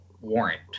warrant